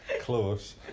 close